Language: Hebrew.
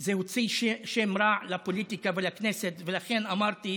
זה הוציא שם רע לפוליטיקה ולכנסת, ולכן אמרתי: